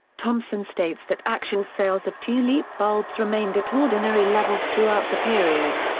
thompson states that actual sales of tulip bulbs remained at ordinary levels throughout the period.